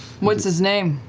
what's his name?